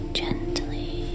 gently